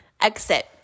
exit